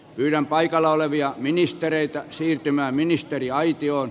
pyydän paikalla olevia ministereitä siirtymään ministeriaitioon